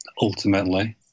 ultimately